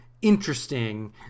Interesting